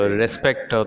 respect